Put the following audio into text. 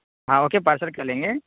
ہاں okay parcel کرلیں گے